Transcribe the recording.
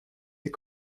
les